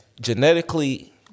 Genetically